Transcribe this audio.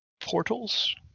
portals